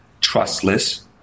trustless